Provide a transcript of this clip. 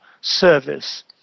service